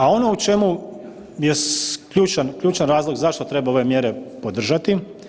A ono u čemu je ključan razlog zašto treba ove mjere podržati.